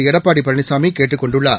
எடப்பாடி பழனிசாமி கேட்டுக் கொண்டுள்ளார்